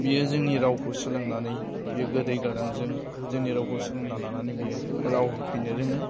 बियो जोंनि रावखौ सोलोंनानै बियो गोदै गारांजों जोंनि रावखौ सोलोंना लानानै बियो राव होफिननो रोङो